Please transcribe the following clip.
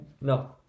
No